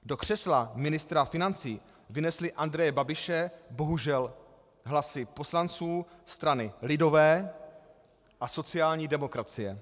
Do křesla ministra financí vynesly Andreje Babiše bohužel hlasy poslanců strany lidové a sociální demokracie.